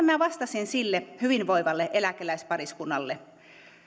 minä vastasin sille hyvinvoivalle eläkeläispariskunnalle